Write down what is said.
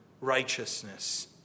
righteousness